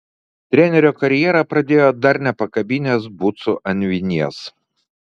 trenerio karjerą pradėjo dar nepakabinęs bucų ant vinies